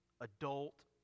adult